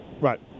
Right